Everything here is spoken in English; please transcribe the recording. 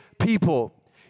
people